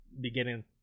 beginning